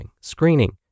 screening